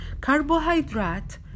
Carbohydrate